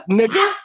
nigga